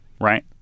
Right